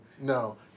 no